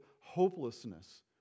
hopelessness